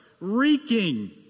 reeking